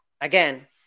again